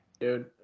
Dude